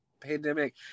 pandemic